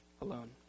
alone